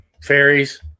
fairies